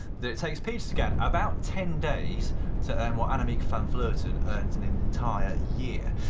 that it takes peter sagan about ten days to earn what annemiek van vleuten earns in an entire year.